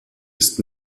ist